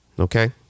Okay